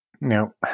No